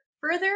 Further